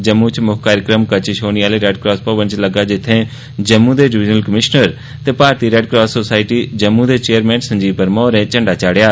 जम्मू च मुक्ख कार्यक्रम कच्ची छौनी आह्ले रेड क्रास भवन च लग्गा जित्थें जम्मू दे डिवीजनल कमिशनर ते Bharati red cross society Jammu दे चयेरमैन संजीव वर्मा होरें झंडा चाढ़ेआ